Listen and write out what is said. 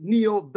Neil